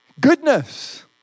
goodness